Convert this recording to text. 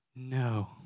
No